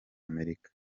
amerika